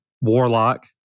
Warlock